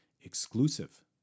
exclusive